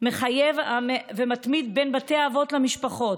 מחייב ומתמיד בין בתי האבות למשפחות.